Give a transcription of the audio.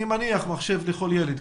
אני מניח מחשב לכל ילד.